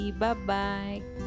Bye-bye